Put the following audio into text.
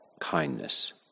kindness